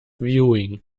viewing